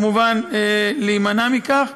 כמובן, להימנע מכך.